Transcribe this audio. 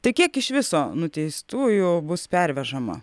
tai kiek iš viso nuteistųjų bus pervežama